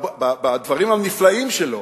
בדברים הנפלאים שלו: